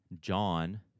John